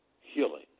Healing